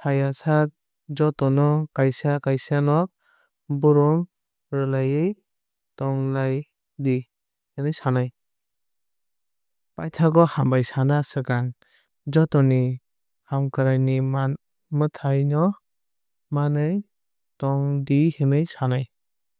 paiyasak joto no kaisa kaisa no borom rwlawuii tonglai di hinwui sanai. Paithago hambai sana swkang joto ni hamkwrai ni mwtai no manwui tong di hinwui sanai.